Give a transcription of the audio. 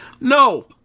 no